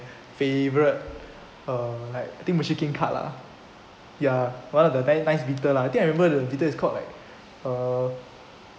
favourite uh like I think mushiking card lah ya one of the nice nice beetle lah I think I remember the beetle is called like uh